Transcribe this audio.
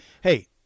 Hey